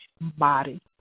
body